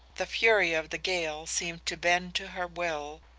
the fury of the gale seemed to bend to her will,